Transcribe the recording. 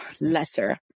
lesser